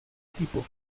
tipo